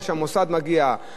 מודיע שהוא גמר לעשות,